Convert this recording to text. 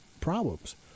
problems